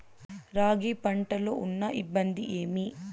రాగి పంటలో ఉన్న ఇబ్బంది ఏమి?